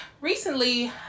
recently